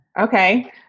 Okay